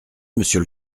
monsieur